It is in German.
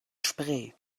spree